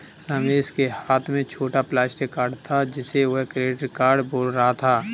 रमेश के हाथ में छोटा प्लास्टिक कार्ड था जिसे वह क्रेडिट कार्ड बोल रहा था